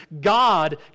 God